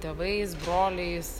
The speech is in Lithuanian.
tėvais broliais